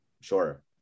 Sure